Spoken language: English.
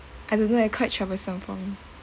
I don't know eh quite troublesome for me